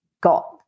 got